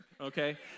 okay